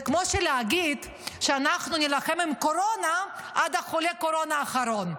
זה כמו להגיד שאנחנו נילחם בקורונה עד חולה הקורונה האחרון.